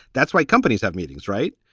that's why companies have meetings, right?